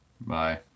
Bye